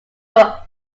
were